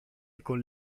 con